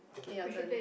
okay your turn